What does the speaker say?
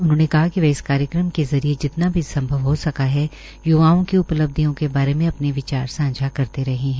उन्होंने कहा कि वह इस कार्यक्रम के जरिये जितना भी सम्भव हो सका है य्वाओं की उपलब्धियों के बारे में अपने विचार सांझा करते रहे है